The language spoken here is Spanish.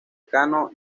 secano